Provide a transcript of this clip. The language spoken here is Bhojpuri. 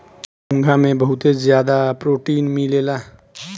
घोंघा में बहुत ज्यादा प्रोटीन मिलेला